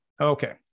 Okay